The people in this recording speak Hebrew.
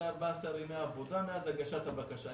זה היה 14 ימי עבודה מאז הגשת הבקשה.